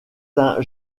tint